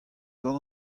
gant